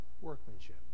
workmanship